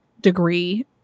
degree